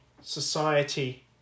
society